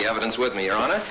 the evidence with me on